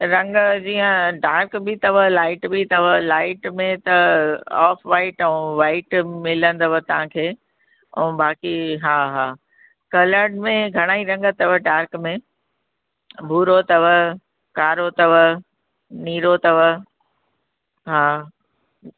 रंग जीअं डार्क बि अथव लाइट बि अथव लाइट में त ऑफ़ वाइट ऐं वाइट मिलंदव तव्हांखे ऐं बाक़ी हा हा कलर्ड में घणेई रंग अथव डार्क में भूरो अथव कारो अथव नीरो अथव हा